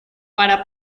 para